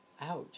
Ouch